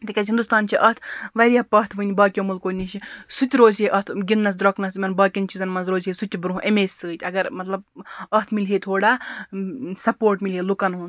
تِکیازِ ہِندُستان چھِ اَتھ واریاہ پَتھ ؤنہِ باقٕیو مُلکو نِش سُہ تہِ روزِ ہے اَتھ گِنٛدنَس درٛوٚگنَس یِمَن باقٕیَن چیٖزَن منٛز روزِہے سُتہِ برونٛہہ ایٚمے سۭتۍ اگر مطلب اَتھ مِلہِ ہے تھوڑا سَپوٹ مِلہِ ہے لُکَن ہُنٛد